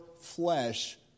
flesh